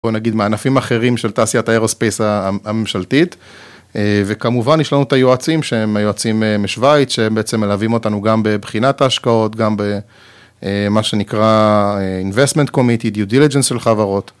בוא נגיד מענפים אחרים של תעשיית ה-Aerospace הממשלתית, וכמובן יש לנו את היועצים שהם היועצים משוויץ, שהם בעצם מלווים אותנו גם בבחינת ההשקעות, גם במה שנקרא investment committee, due diligence של חברות